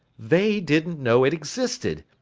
they didn't know it existed.